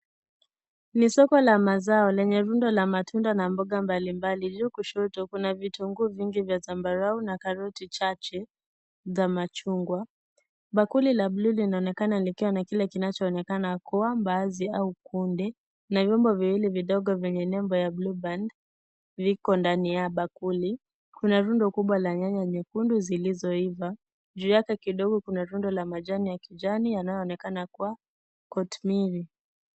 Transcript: Ni soko la mazao lenye rundo la matunda na mboga mbalimbali, yu kushoto kuna vitunguu vingi vya zambarau na karoti chache na machungwa. Bakuli la buluu linaonekana likiwa na kile kinachoonekana kuwa mbaazi au kunde na vyombo viwili vidogo vyenye nembo ya BlueBand iko ndani ya bakuli , kuna rundo kubwa la nyanya nyekundu zilizoiva juu yake kidogo kuna rundo la majani ya kijani yanayoonekana kuwa kotmini.